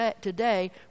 today